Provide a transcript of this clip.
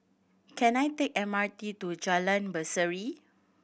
can I take M R T to Jalan Berseri